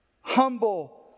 humble